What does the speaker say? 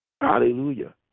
Hallelujah